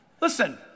Listen